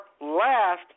last